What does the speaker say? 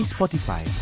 Spotify